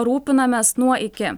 rūpinamės nuo iki